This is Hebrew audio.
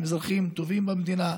הם אזרחים טובים במדינה,